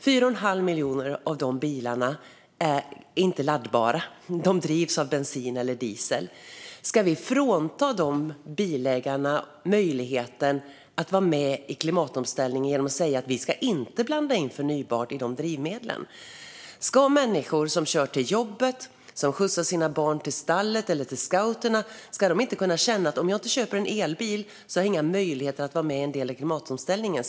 4 1⁄2 miljon av de bilarna är inte laddbara utan drivs av bensin eller diesel. Ska vi frånta de bilägarna möjligheten att vara med i klimatomställningen genom att säga att vi inte ska blanda in förnybart i de drivmedlen? Ska människor som kör till jobbet och skjutsar sina barn till stallet eller scouterna känna att de inte har några möjligheter att vara med i klimatomställningen om de inte köper elbilar?